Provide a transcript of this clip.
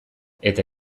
eta